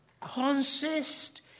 consist